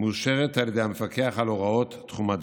מאושרת על ידי המפקח על הוראת תחום הדעת.